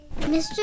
Mr